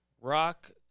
Rock